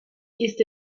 ist